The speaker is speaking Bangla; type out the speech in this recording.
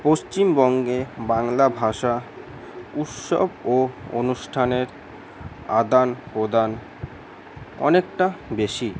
পশ্চিমবঙ্গে বাংলা ভাষা উৎসব ও অনুষ্ঠানের আদান প্রদান অনেকটা বেশি